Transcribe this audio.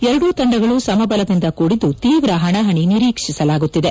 ಎರಡೂ ತಂಡಗಳು ಸಮಬಲದಿಂದ ಕೂಡಿದ್ದು ತೀವ್ರ ಹಣಾಹಣಿ ನಿರೀಕ್ಷಿಸಲಾಗುತ್ತಿದೆ